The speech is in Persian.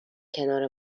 کنار